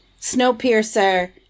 Snowpiercer